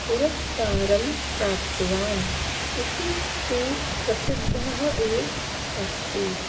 पुरस्कारं प्राप्तवान् इति तु प्रसिद्धः एव अस्ति